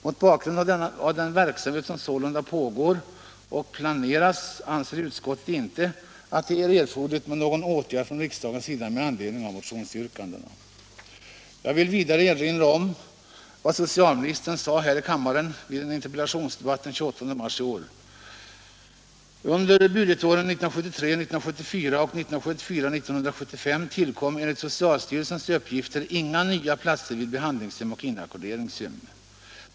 Mot bakgrund av den verksamhet som sålunda pågår och planeras anser utskottet inte att det är erforderligt med någon åtgärd från riksdagens sida med anledning av motionsyrkandet. Jag vill vidare erinra om vad socialministern sade här i kammaren vid en interpellationsdebatt den 28 mars i år: ” Under budgetåren 1973 75 tillkom enligt socialstyrelsens uppgifter inga nya platser vid behandlingshem och inackorderingshem.